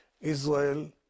Israel